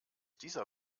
dieser